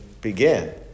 begin